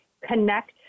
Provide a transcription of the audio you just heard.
connect